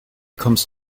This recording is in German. kommst